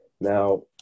Now